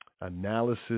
Analysis